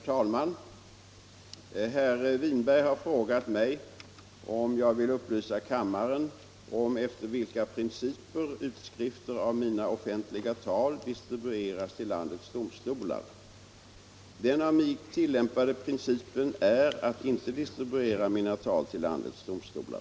Vill justitieministern upplysa kammaren om efter vilka principer utskrifter av justitieministerns offenliga tal distribueras till landets domstolar?